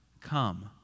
Come